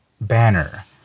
banner